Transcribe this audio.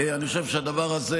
אני חושב שהדבר הזה,